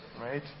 right